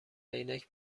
عینک